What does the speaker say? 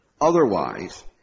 Otherwise